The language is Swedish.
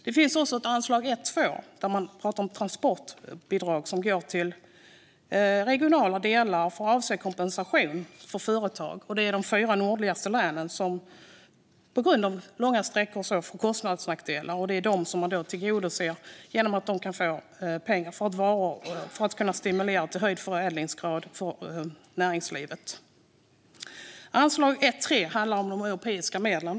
Det finns också ett anslag 1:2 Transportbidrag, som går till regionala delar och avser kompensation till företag i de fyra nordligaste länen som på grund av långa transportavstånd får kostnadsnackdelar. Det ska tillgodose dessa företags behov och stimulera till höjd förädlingsgrad i områdets näringsliv. Anslag 1:3 handlar om de europeiska medlen.